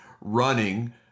running